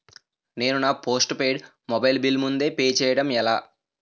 నేను నా postpaid mobile bill ముందే పే చేయడం ఎలా?